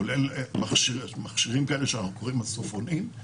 כולל מכשירים שאנחנו קוראים להם מסופונים.